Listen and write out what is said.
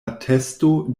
atesto